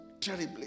terribly